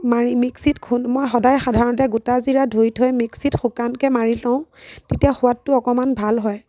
মাৰি মিক্সিত খু মই সদায় সাধাৰণতে গোটা জিৰা ধুই থৈ মিক্সিত শুকানকে মাৰি লওঁ তেতিয়া সোৱাদটো অকণমান ভাল হয়